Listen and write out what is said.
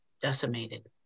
decimated